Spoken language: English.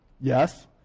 yes